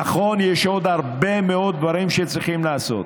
נכון, יש עוד הרבה מאוד דברים שצריכים לעשות.